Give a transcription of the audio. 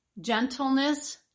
gentleness